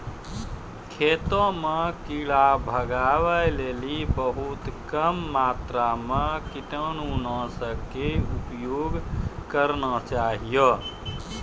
खेतों म कीड़ा भगाय लेली बहुत कम मात्रा मॅ कीटनाशक के उपयोग करना चाहियो